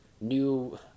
new